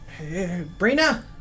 Brina